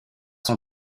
son